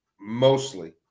mostly